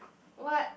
what